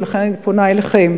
ולכן אני פונה אליכם,